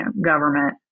government